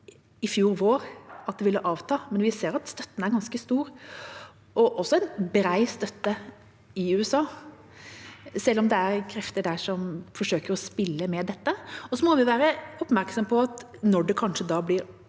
i fjor vår, at det ville avta, men vi ser at støtten er ganske stor. Det er også bred støtte i USA, selv om det er krefter der som forsøker å spille med dette. Vi må også være oppmerksom på at når det kanskje blir